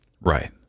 right